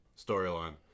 storyline